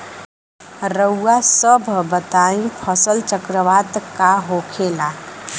रउआ सभ बताई फसल चक्रवात का होखेला?